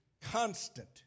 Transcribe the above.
constant